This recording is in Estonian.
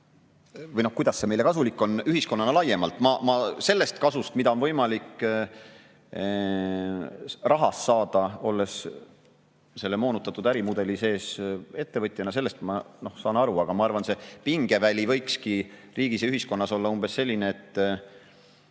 või kuidas on see meile kasulik, ühiskonnale laiemalt. Ma sellest kasust, mida on võimalik rahast saada, olles selle moonutatud ärimudeli sees, ettevõtjana saan aru. Aga ma arvan, et see pingeväli võikski riigis ja ühiskonnas olla umbes selline, et